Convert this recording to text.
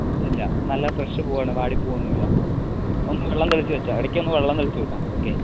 ഇല്ലില്ല നല്ല ഫ്രഷ് പൂവാണ് വാടിപ്പോവുകയൊന്നുമില്ല ഒന്ന് വെള്ളം തളിച്ച് വെച്ചാൽ ഇടയ്ക്കൊന്നു വെള്ളം തളിച്ചു വിട്ടാൽ മതി ഓക്കെ